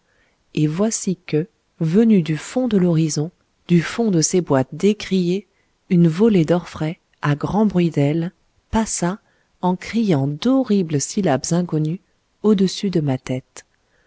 et voici que venue du fond de l'horizon du fond de ces bois décriés une volée d'orfraies à grand bruit d'ailes passa en criant d'horribles syllabes inconnues au-dessus de ma tête